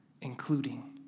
including